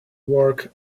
work